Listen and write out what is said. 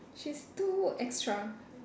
she's too extra